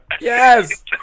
Yes